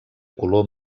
color